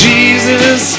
Jesus